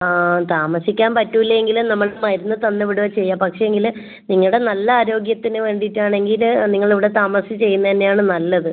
ആ താമസിക്കാൻ പറ്റില്ലെങ്കിൽ നമ്മൾ മരുന്ന് തന്ന് വിടുകയാണ് ചെയ്യുക പക്ഷേങ്കിൽ നിങ്ങളുടെ നല്ല ആരോഗ്യത്തിന് വേണ്ടിയിട്ട് ആണെങ്കിൽ നിങ്ങൾ ഇവിടെ താമസിച്ച് ചെയ്യുന്നതുതന്നെ ആണ് നല്ലത്